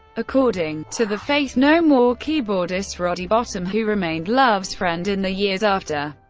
according to the faith no more keyboardist roddy bottum, who remained love's friend in the years after,